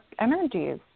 energies